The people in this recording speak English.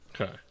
Okay